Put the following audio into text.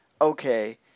okay